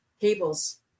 cables